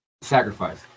sacrifice